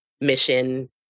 mission